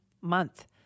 month